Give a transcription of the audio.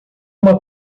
uma